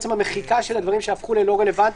המחיקה של הדברים שהפכו ללא רלוונטיים,